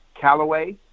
Callaway